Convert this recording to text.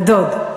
הדוד.